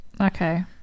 Okay